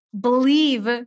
believe